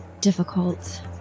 difficult